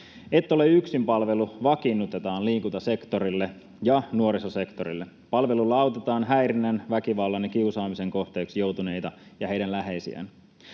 Et ole yksin -palvelu vakiinnutetaan liikuntasektorille ja nuorisosektorille. Palvelulla autetaan häirinnän, väkivallan ja kiusaamisen kohteeksi joutuneita ja heidän läheisiään.